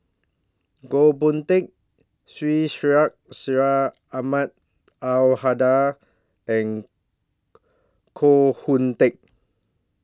Goh Boon Teck Syed Sheikh Syed Ahmad Al Hadi and Koh Hoon Teck